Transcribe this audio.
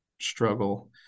struggle